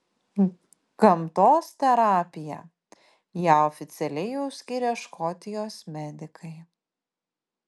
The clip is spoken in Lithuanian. gamtos terapija ją oficialiai jau skiria škotijos medikai